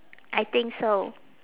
I think so